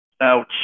Ouch